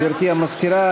גברתי המזכירה,